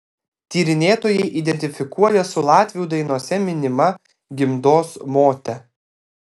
tyrinėtojai identifikuoja su latvių dainose minima gimdos mote